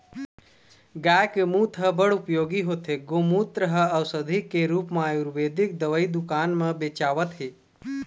गाय के मूत ह बड़ उपयोगी होथे, गोमूत्र ह अउसधी के रुप म आयुरबेदिक दवई दुकान म बेचावत हे